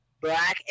Black